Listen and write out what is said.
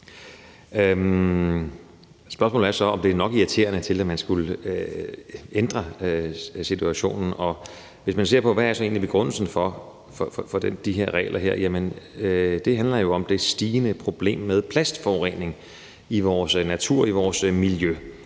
Spørgsmålet er så, om det er irriterende nok til, at man skulle ændre situationen. Hvis man ser på, hvad begrundelsen så egentlig er for de her regler, handler det jo om det stigende problem med plastforurening i vores natur og vores miljø.